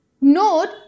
Note